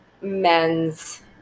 men's